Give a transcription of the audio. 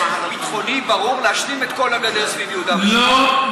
ביטחוני ברור להשלים את כל הגדר סביב יהודה ושומרון,